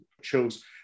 shows